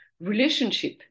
relationship